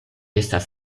estas